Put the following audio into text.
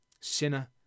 Sinner